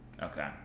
Okay